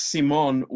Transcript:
Simon